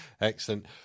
Excellent